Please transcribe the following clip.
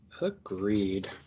Agreed